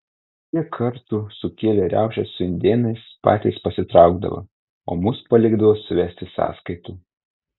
kiek kartų sukėlę riaušes su indėnais patys pasitraukdavo o mus palikdavo suvesti sąskaitų